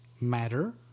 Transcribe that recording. matter